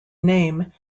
name